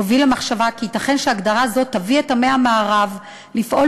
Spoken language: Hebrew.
מובילים למחשבה שייתכן שהגדרה זו תביא את עמי המערב לפעול